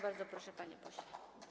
Bardzo proszę, panie pośle.